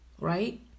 right